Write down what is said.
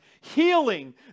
healing